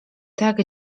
tak